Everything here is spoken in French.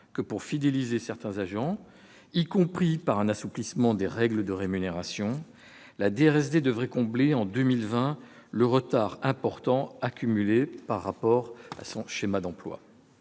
que pour fidéliser certains agents, y compris à travers un assouplissement des règles de rémunération, en 2020, la DRSD devrait combler l'important retard accumulé par rapport à son schéma d'emplois.